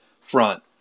front